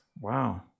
Wow